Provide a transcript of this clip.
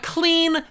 clean